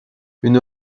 une